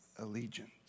Allegiance